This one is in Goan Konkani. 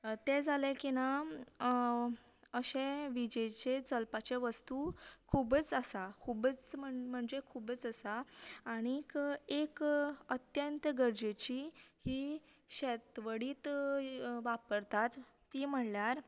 ते जाले की ना अशे विजेचेर चलपाचे वस्तू खूबच आसा खूबच म्हण म्हणजे खूबच आसा आनीक एक अत्यंत गरजेची ही शेतवडीत वापरतात ती म्हणल्यार